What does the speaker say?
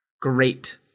Great